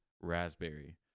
raspberry